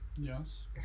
yes